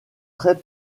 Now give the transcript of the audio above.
très